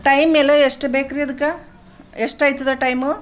time ಎಲ್ಲ ಎಷ್ಟು ಬೇಕ್ರೀ ಅದಕ್ಕೆ ಎಷ್ಟು ಆಯ್ತದ ಟೈಮು